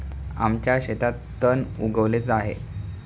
आमच्या शेतात तण उगवले आहे